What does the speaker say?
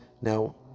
Now